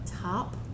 top